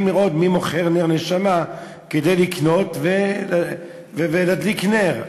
לראות מי מוכר נר נשמה כדי לקנות ולהדליק נר.